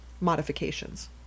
modifications